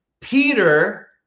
Peter